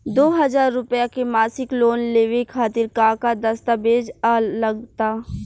दो हज़ार रुपया के मासिक लोन लेवे खातिर का का दस्तावेजऽ लग त?